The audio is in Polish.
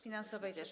Finansowej też.